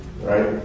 right